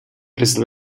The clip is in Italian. presa